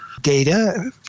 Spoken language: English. data